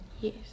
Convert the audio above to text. Yes